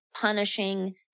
punishing